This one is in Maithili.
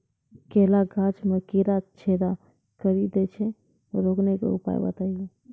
केला गाछ मे कीड़ा छेदा कड़ी दे छ रोकने के उपाय बताइए?